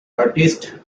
artist